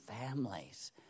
families